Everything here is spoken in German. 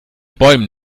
bäumen